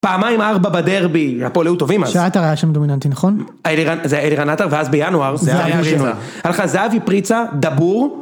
פעמיים ארבע בדרבי, הפועל היו טובים אז... שעטר היה שם דומיננטי, נכון? זה היה אלירן עטר, ואז בינואר, זה היה פריצה. היה לך זהבי, פריצה, דבור.